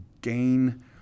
gain